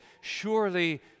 surely